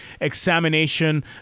examination